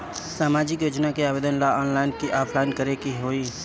सामाजिक योजना के आवेदन ला ऑनलाइन कि ऑफलाइन करे के होई?